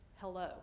hello